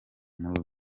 muri